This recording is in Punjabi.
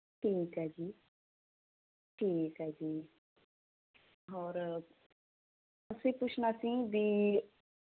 ਠੀਕ ਹੈ ਜੀ ਠੀਕ ਹੈ ਜੀ ਹੋਰ ਅਸੀਂ ਪੁੱਛਣਾ ਸੀ ਵੀ